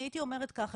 אני הייתי אומרת ככה,